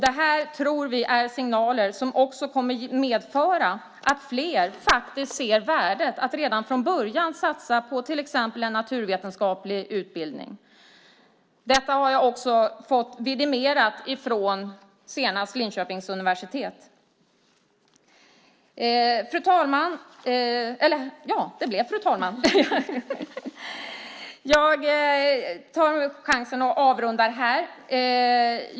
Det här tror vi är signaler som också kommer att medföra att fler faktiskt ser värdet i att redan från början satsa på till exempel en naturvetenskaplig utbildning. Detta har jag också fått vidimerat, senast från Linköpings universitet. Fru talman! Jag avrundar här.